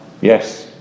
yes